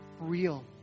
real